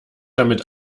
damit